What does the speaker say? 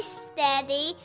steady